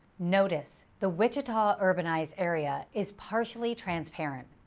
notice the wichita urbanized area is partially transparent.